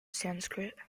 sanskrit